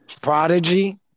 Prodigy